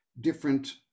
different